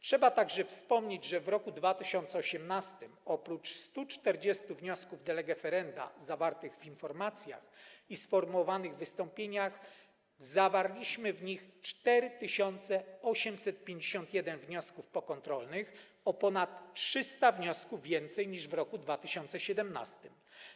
Trzeba także wspomnieć, że w roku 2018 oprócz 140 wniosków de lege ferenda zawartych w informacjach i sformułowanych w wystąpieniach zawarliśmy w nich 4851 wniosków pokontrolnych, o ponad 300 wniosków więcej niż w roku 2017.